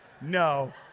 No